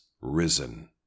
risen